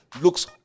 looks